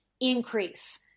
increase